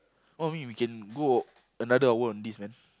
what I mean we can go another hour on this man